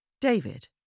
David